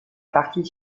partie